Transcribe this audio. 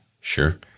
Sure